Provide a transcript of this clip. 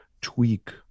tweak